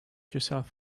yourself